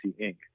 Inc